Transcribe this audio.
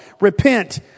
Repent